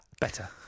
Better